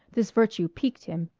this virtue piqued him.